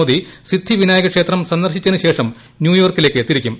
മോദി സിദ്ധി വിനായക ക്ഷേത്രംസന്ദർശിച്ച ശേഷംന്യൂയോർക്ക്ടില്ലേക്ക്തിരിക്കും